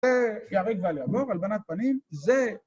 זה יהרג בל יעבור הלבנת פנים, זה...